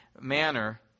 manner